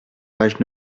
page